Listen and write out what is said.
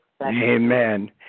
Amen